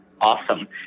Awesome